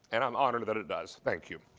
and i'm honored that it does. thank you.